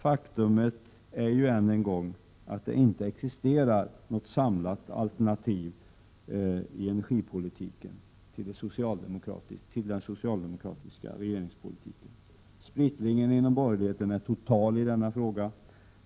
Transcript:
Faktum är dock att det inte existerar något samlat alternativ till den socialdemokratiska energipolitiken. Splittringen inom borgerligheten är total i denna fråga.